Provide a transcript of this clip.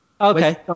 Okay